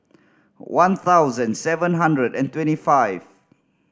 one thousand seven hundred and twenty five